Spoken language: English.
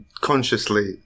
consciously